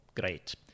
great